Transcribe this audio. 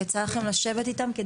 יצא לכם לשבת איתם?